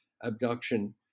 abduction